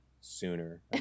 sooner